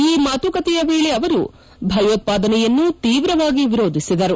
ಈ ಮಾತುಕತೆಯ ವೇಳೆ ಅವರು ಭಯೋತ್ಪಾದನೆಯನ್ನು ತೀವ್ರವಾಗಿ ವಿರೋಧಿಸಿದರು